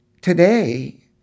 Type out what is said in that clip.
today